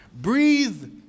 breathe